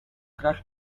crust